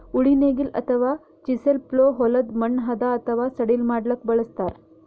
ಉಳಿ ನೇಗಿಲ್ ಅಥವಾ ಚಿಸೆಲ್ ಪ್ಲೊ ಹೊಲದ್ದ್ ಮಣ್ಣ್ ಹದಾ ಅಥವಾ ಸಡಿಲ್ ಮಾಡ್ಲಕ್ಕ್ ಬಳಸ್ತಾರ್